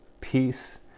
peace